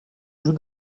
joue